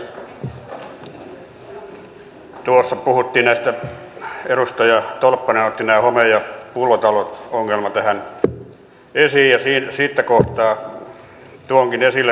kun edustaja tolppanen otti home ja pullotalo ongelman tähän esiin niin siitä kohtaa tuonkin esille tämän rakennuksen valvonnan